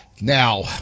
Now